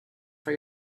for